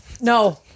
No